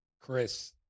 Chris